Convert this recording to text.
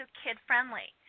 kid-friendly